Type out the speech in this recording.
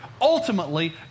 ultimately